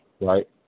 right